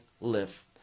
live